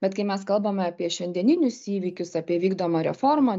bet kai mes kalbame apie šiandieninius įvykius apie vykdomą reformą